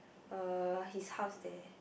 uh his house there